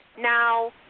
Now